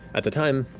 at the time,